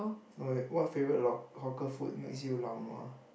wait wait what favorite lo~ hawker food laonua